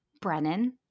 Brennan